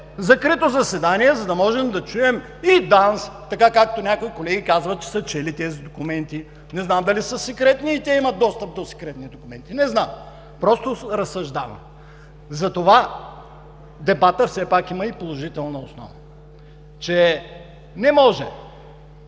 закрито заседание, за да можем да чуем и ДАНС, така както някои колеги казват, че са чели тези документи. Не знам дали са секретни и те имат достъп до секретни документи. Не знам! Просто разсъждавам. Затова дебатът все пак има и положителна страна, че не може